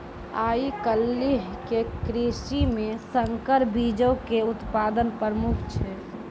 आइ काल्हि के कृषि मे संकर बीजो के उत्पादन प्रमुख छै